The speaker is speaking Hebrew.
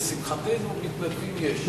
לשמחתנו, מתנדבים יש.